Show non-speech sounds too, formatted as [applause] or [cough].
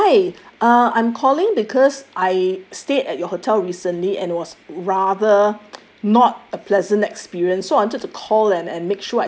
[breath] hi uh I'm calling because I stayed at your hotel recently and it was rather not a pleasant experience so wanted to call and